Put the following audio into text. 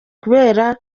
kubera